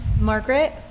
Margaret